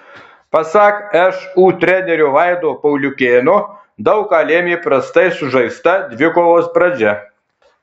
pasak šu trenerio vaido pauliukėno daug ką lėmė prastai sužaista dvikovos pradžia